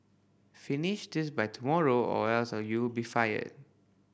finish this by tomorrow or else you be fired